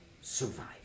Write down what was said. survive